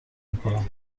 میکنم